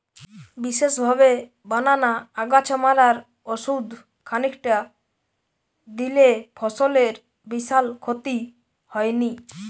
বিশেষভাবে বানানা আগাছা মারার ওষুধ খানিকটা দিলে ফসলের বিশাল ক্ষতি হয়নি